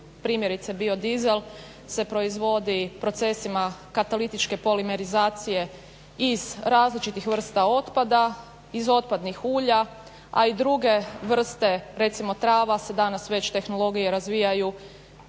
primjerice biodizel se proizvodi procesima katalitičke polimerizacije iz različitih vrsta otpada, iz otpadnih ulja, a i druge vrste. Recimo trava se danas već tehnologije razvijaju